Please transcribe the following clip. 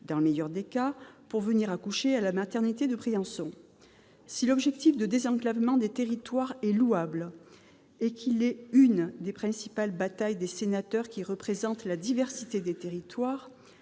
dans le meilleur des cas, pour venir accoucher à la maternité de Briançon. Si l'objectif de désenclavement des territoires est louable et qu'il est l'une des principales batailles des sénateurs qui représentent la diversité du pays,